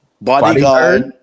bodyguard